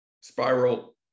spiral